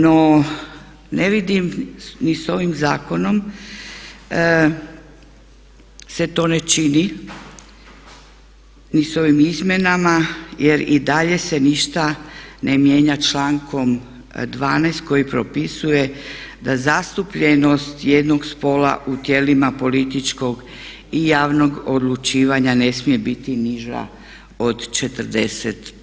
No, ne vidim ni s ovim zakonom se to ne čini, ni s ovim izmjenama jer i dalje se ništa ne mijenja člankom 12. koji propisuje da zastupljenost jednog spola u tijelima političkog i javnog odlučivanja ne smije biti niža od 40%